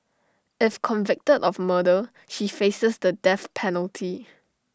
if convicted of murder she faces the death penalty